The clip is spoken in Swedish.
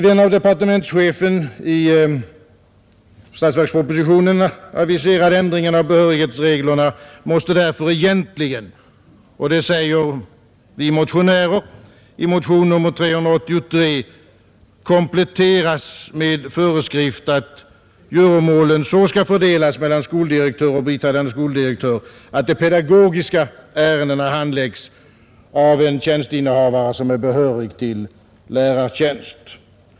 Den av departementschefen aviserade ändringen av behörighetsreglerna måste därför — och det säger vi motionärer i motion nr 383 — ”kompletteras med föreskrift att göromålen så skall fördelas mellan skoldirektör och biträdande skoldirektör att de pedagogiska ärendena handläggs av sådan tjänstinnehavare som är behörig till lärartjänst”.